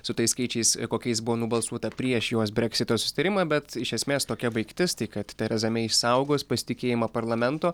su tais skaičiais kokiais buvo nubalsuota prieš jos breksito susitarimą bet iš esmės tokia baigtis tai kad tereza mai išsaugos pasitikėjimą parlamento